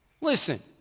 Listen